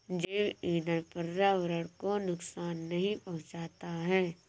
जैव ईंधन पर्यावरण को नुकसान नहीं पहुंचाता है